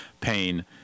pain